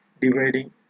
dividing